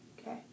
Okay